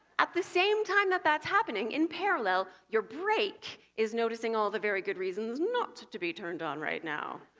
at the same time that that's happening, in parallel, your brake is noticing all the very good reasons not to be turned on right now.